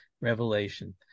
revelation